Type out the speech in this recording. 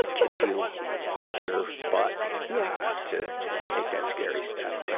gets you off your butt yeah to take that scary step. but